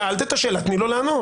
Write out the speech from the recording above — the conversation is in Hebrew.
שאלת את השאלה, תני לו לענות.